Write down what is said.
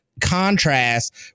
contrast